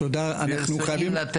אני ראש